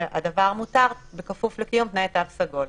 והדבר מותר בכפוף לקיום תנאי תו סגול.